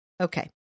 Okay